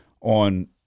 on